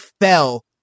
fell